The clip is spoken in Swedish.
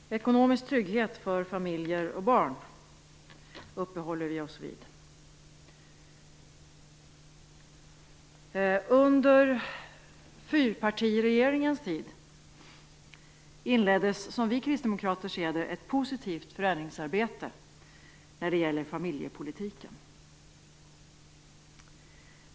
Fru talman! Ekonomisk trygghet för familjer och barn uppehåller vi oss vid. Under fyrpartiregeringens tid inleddes ett, som vi kristdemokrater ser det, positivt förändringsarbete när det gäller familjepolitiken.